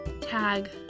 tag